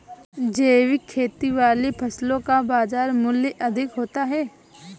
जैविक खेती वाली फसलों का बाजार मूल्य अधिक होता है